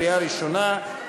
לקריאה ראשונה,